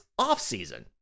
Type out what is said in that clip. offseason